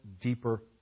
deeper